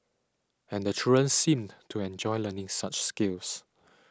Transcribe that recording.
and the children seemed to enjoy learning such skills